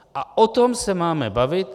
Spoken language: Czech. A o tom se máme bavit.